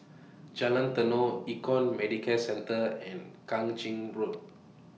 Jalan Tenon Econ Medicare Centre and Kang Ching Road